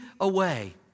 away